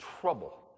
trouble